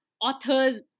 authors